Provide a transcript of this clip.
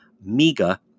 MEGA